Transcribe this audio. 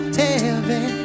heavy